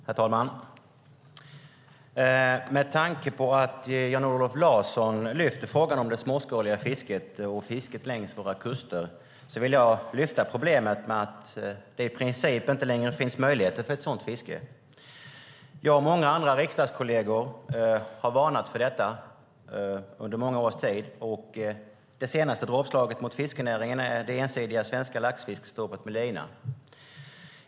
Herr talman! Med tanke på att Jan-Olof Larsson lyfter upp frågan om det småskaliga fisket och fisket längs våra kuster vill jag lyfta upp problemet med att det i princip inte längre finns möjligheter för ett sådant fiske. Jag och många andra riksdagskolleger har varnat för detta under många års tid. Det senaste dråpslaget mot fiskenäringen är det ensidiga svenska laxfiskestoppet för fiske med lina.